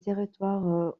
territoire